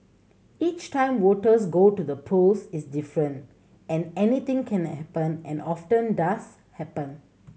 each time voters go to the polls is different and anything can and happen and often does happen